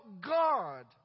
God